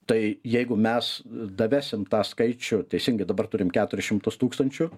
tai jeigu mes davesim tą skaičių teisingai dabar turim keturis šimtus tūkstančių